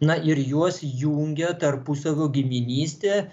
na ir juos jungia tarpusavio giminystė